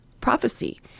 prophecy